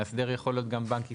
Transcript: מאסדר יכול להיות גם בנק ישראל,